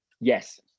Yes